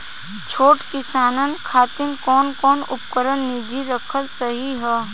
छोट किसानन खातिन कवन कवन उपकरण निजी रखल सही ह?